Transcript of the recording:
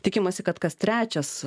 tikimasi kad kas trečias